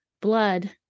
blood